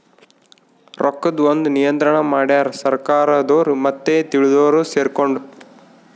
ರೊಕ್ಕದ್ ಒಂದ್ ನಿಯಂತ್ರಣ ಮಡ್ಯಾರ್ ಸರ್ಕಾರದೊರು ಮತ್ತೆ ತಿಳ್ದೊರು ಸೆರ್ಕೊಂಡು